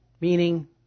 meaning